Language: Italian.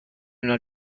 una